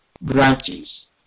branches